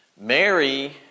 Mary